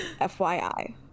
FYI